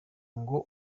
ngo